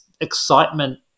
excitement